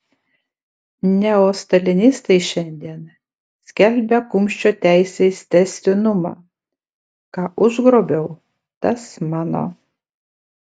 neostalinistai šiandien skelbia kumščio teisės tęstinumą ką užgrobiau tas mano